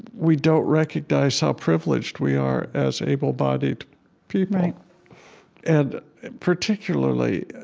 we don't recognize how privileged we are as able-bodied people right and particularly,